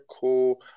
Cool